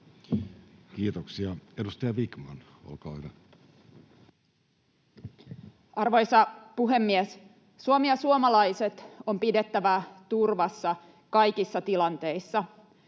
liittyviksi laeiksi Time: 14:24 Content: Arvoisa puhemies! Suomi ja suomalaiset on pidettävä turvassa kaikissa tilanteissa.